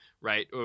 right